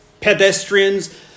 pedestrians